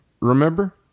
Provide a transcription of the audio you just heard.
Remember